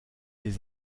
des